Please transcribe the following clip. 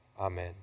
amen